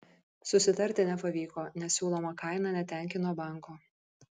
susitarti nepavyko nes siūloma kaina netenkino banko